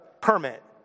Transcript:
permit